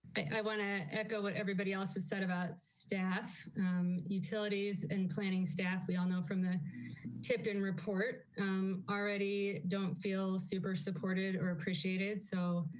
i want to echo what everybody else has said about staff utilities and planning staff. we all know from the tipton report already don't feel super supported or appreciate it so